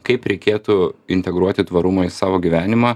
kaip reikėtų integruoti tvarumą į savo gyvenimą